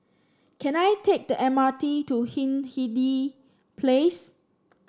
can I take the M R T to Hindhede Place